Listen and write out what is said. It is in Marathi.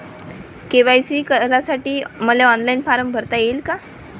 के.वाय.सी करासाठी मले ऑनलाईन फारम भरता येईन का?